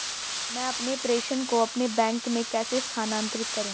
मैं अपने प्रेषण को अपने बैंक में कैसे स्थानांतरित करूँ?